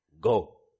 Go